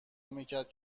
میکرد